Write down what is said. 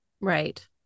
Right